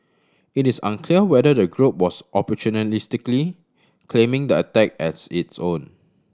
it is unclear whether the group was opportunistically claiming the attack as its own